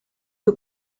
you